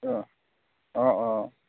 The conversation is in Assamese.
অঁ অঁ অঁ